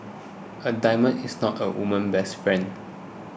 a diamond is not a woman's best friend